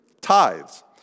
tithes